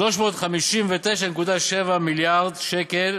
זה 359.7 מיליארד שקל.